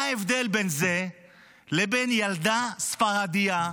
מה ההבדל בין זה לבין ילדה ספרדייה,